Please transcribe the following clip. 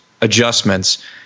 adjustments